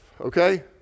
okay